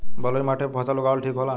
बलुई माटी पर फसल उगावल ठीक होला?